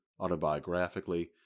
autobiographically